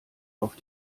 auf